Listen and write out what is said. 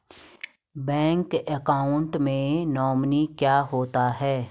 Bank account में nominee क्या होता है?